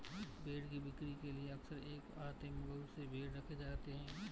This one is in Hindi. भेंड़ की बिक्री के लिए अक्सर एक आहते में बहुत से भेंड़ रखे रहते हैं